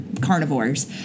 carnivores